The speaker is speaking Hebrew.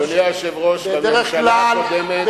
בממשלה הקודמת,